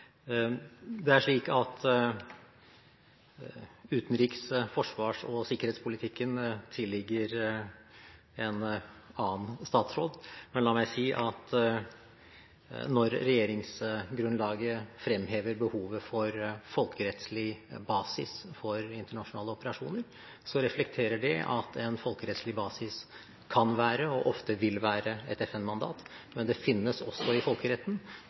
Det er slik at utenriks-, forsvars-, og sikkerhetspolitikken tilligger en annen statsråd. Men la meg si at når regjeringsgrunnlaget framhever behovet for folkerettslig basis for internasjonale operasjoner, reflekterer det at en folkerettslig basis kan være – og ofte vil være – et FN-mandat. Men det finnes også i folkeretten